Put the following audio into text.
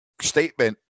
statement